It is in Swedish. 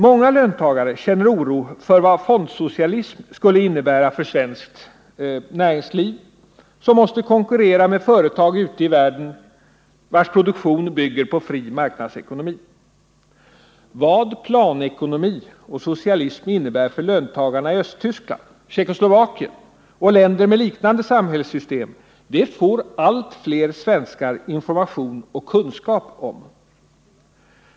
Många löntagare känner oro för vad fondsocialism skulle innebära för svenskt näringsliv, som måste konkurrera med företag ute i världen vilkas produktion bygger på fri marknadsekonomi. Vad planekonomi och socialism innebär för löntagarna i Östtyskland, Tjeckoslovakien och länder med liknande samhällssystem får allt fler svenskar information och kunskap om.